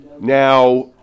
Now